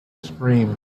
scream